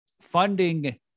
funding